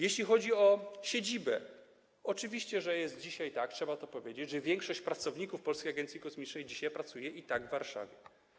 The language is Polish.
Jeśli chodzi o siedzibę, to oczywiście, że jest dzisiaj tak - trzeba o tym powiedzieć - że większość pracowników Polskiej Agencji Kosmicznej pracuje i tak w Warszawie.